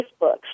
facebook